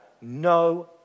no